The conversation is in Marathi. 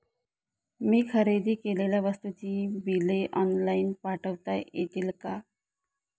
मी खरेदी केलेल्या वस्तूंची बिले ऑनलाइन पाठवता येतील का?